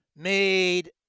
made